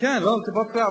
כן, טיפות-חלב.